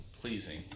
pleasing